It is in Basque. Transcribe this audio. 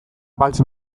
beltz